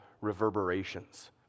reverberations